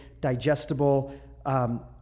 digestible